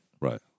Right